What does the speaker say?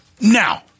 now